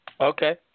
Okay